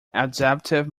adaptive